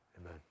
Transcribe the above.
amen